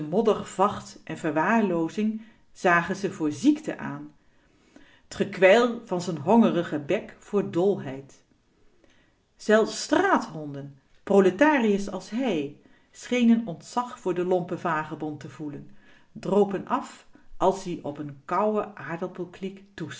z'n moddervacht en ver zagen ze voor ziekte aan t gekwijl van z'n hongerigen warlozing bek voor dolheid zelfs straathonden proletariërs als hij schenen ontzag voor den lompen vagebond te voelen dropen af als-ie op n kouwe aardappelkliek